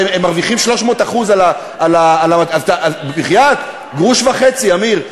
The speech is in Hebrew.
הרי הם מרוויחים 300%. בחייאת, גרוש וחצי, אמיר.